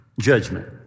judgment